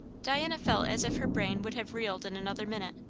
diana felt as if her brain would have reeled in another minute.